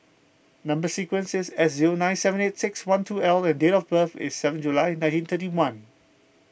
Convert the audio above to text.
Number Sequence is S zero nine seven eight six one two L and date of birth is seven July nineteen thirty one